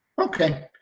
Okay